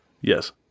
Yes